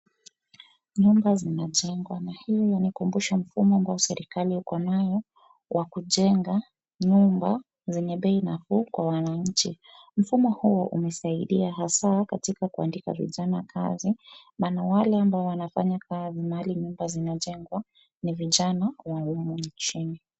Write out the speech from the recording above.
Nyumba zinajengwa na hiyo yanikumbusha mfumo ambao serikali uko nayo wa kujenga nyumba zenye bei nafuu kwa wanainchi. Mfumo huo umesaidia hasaa katika kuandika vijana kazi maana wale ambao wanafanya kazi mahali nyumba zinajengwa ni vijana wa humu nchini.